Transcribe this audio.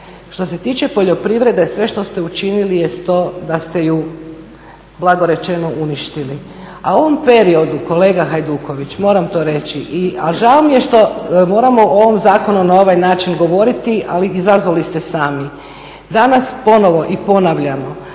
Što se tiče poljoprivrede sve što ste učinili jest to da ste je blago rečeno uništili. A u ovom periodu kolega Hajduković, moram to reći, a žao mi je što moramo o ovom zakonu na ovaj način govoriti ali izazvali ste sami, danas ponovno ponavljamo